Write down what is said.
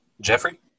Jeffrey